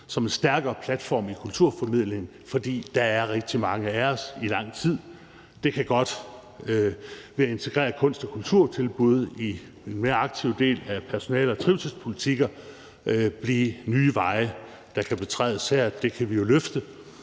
som en stærkere platform i kulturformidlingen. For dér er rigtig mange af os i lang tid, og det kan godt ved at integrere kunst- og kulturtilbud som en mere aktiv del af personale- og trivelspolitikker blive nye veje, der kan betrædes her. Det kan vi jo løfte